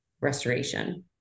restoration